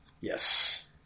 Yes